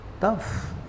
tough